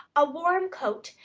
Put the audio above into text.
a warm coat,